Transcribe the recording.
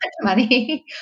money